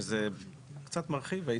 שזה קצת מרחיב הייתי אומר.